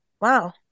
Wow